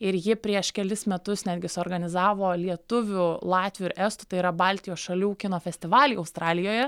ir ji prieš kelis metus netgi suorganizavo lietuvių latvių ir estų tai yra baltijos šalių kino festivalį australijoje